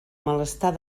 malestar